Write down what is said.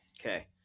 Okay